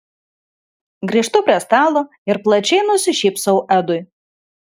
grįžtu prie stalo ir plačiai nusišypsau edui